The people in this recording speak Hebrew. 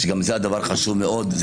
שזה דבר חשוב מאוד.